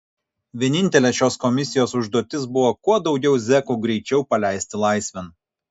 vienintelė šios komisijos užduotis buvo kuo daugiau zekų greičiau paleisti laisvėn